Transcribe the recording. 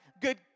good